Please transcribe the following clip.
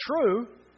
true